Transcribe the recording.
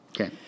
Okay